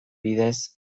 bidez